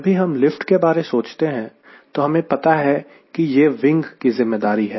जब भी हम लिफ्ट के बारे सोचते हैं तो हमें पता है कि यह विंग की ज़िम्मेदारी है